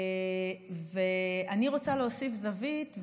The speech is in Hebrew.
אני רוצה להוסיף זווית,